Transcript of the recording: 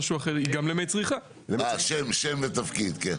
שם ותפקיד בבקשה.